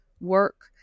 work